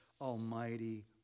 almighty